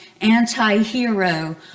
anti-hero